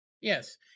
Yes